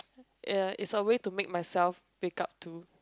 uh it's a way to make myself wake up too